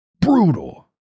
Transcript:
brutal